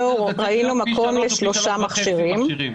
מבחינתנו ראינו מקום לשלושה מכשירים,